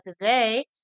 today